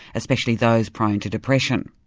especially those prone to depression.